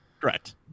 Correct